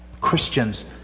Christians